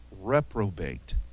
reprobate